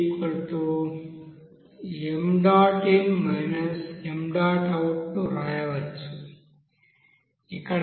ను వ్రాయవచ్చు ఇక్కడ min